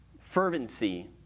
fervency